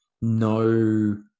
no